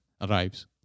arrives